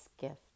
gift